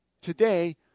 Today